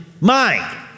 mind